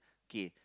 K